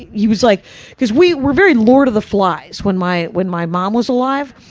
he was like because we were very lord of the flies when my when my mom was alive.